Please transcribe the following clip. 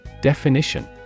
Definition